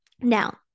Now